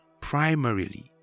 primarily